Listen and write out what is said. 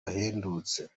ahendutse